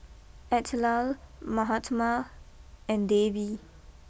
Atal Mahatma and Devi